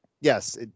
yes